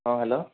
ହଁ ହ୍ୟାଲୋ